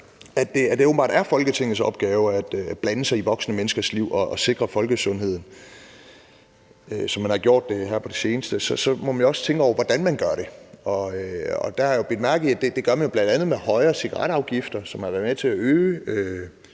at det åbenbart er Folketingets opgave at blande sig i voksne menneskers liv og sikre folkesundheden, som man har gjort det her på det seneste, så må man jo også tænke over, hvordan man gør det. Der har jeg jo bidt mærke i, at man bl.a. gør det ved højere cigaretafgifter, som har været med til at øge